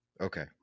Okay